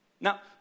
Now